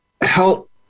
help